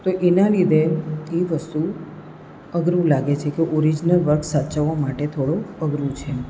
તો એના લીધે એ વસ્તુ અઘરું લાગે છે કે ઓરીજનલ વર્ક સાચવવા માટે થોડું અઘરું છે